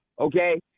okay